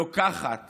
לוקחת